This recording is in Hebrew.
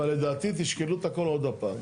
אבל לדעתי תשקלו את הכל עוד פעם.